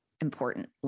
important